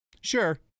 Sure